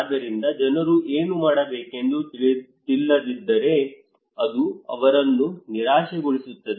ಆದ್ದರಿಂದ ಜನರು ಏನು ಮಾಡಬೇಕೆಂದು ತಿಳಿದಿಲ್ಲದಿದ್ದರೆ ಅದು ಅವರನ್ನು ನಿರಾಶೆಗೊಳಿಸುತ್ತದೆ